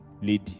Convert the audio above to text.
Lady